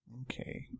Okay